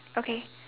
okay